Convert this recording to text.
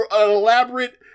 elaborate